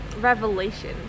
revelation